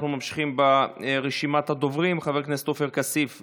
אנחנו ממשיכים ברשימת הדוברים: חבר הכנסת עופר כסיף,